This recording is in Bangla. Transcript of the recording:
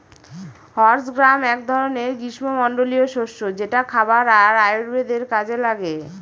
হর্স গ্রাম এক ধরনের গ্রীস্মমন্ডলীয় শস্য যেটা খাবার আর আয়ুর্বেদের কাজে লাগে